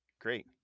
Great